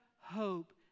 hope